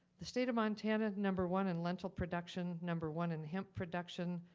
the state of montana number one in lentil production, number one in hemp production,